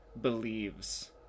believes